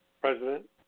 president